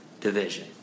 division